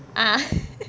ah